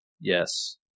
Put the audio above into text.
Yes